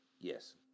Yes